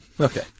Okay